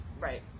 Right